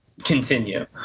continue